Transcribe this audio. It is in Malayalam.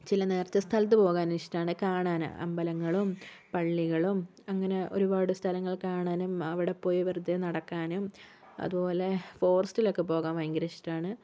ചില നേർച്ച സ്ഥലത്ത് പോകാനും ഇഷ്ടമാണ് കാണാനും അമ്പലങ്ങളും പള്ളികളും അങ്ങനെ ഒരുപാട് സ്ഥലങ്ങൾ കാണാനും അവിടെപ്പോയി വെറുതേ നടക്കാനും അതുപോലെ ഫോറസ്റ്റിലൊക്കെ പോകാൻ ഭയങ്കര ഇഷ്ടമാണ്